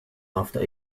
after